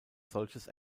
solches